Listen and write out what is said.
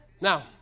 Now